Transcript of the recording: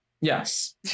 Yes